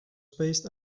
spaced